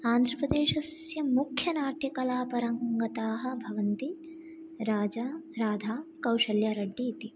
आन्ध्रप्रदेशस्य मुख्यनाट्यकलापरङ्गताः भवन्ति राजा राधा कौशल्यारेड्डी इति